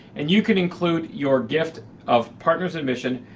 and you can include your gift of partners in mission,